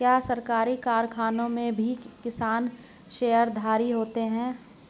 क्या सरकारी कारखानों में भी किसान शेयरधारी होते हैं?